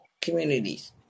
communities